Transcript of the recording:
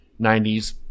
90s